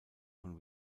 von